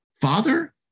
father